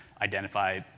identify